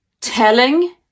Telling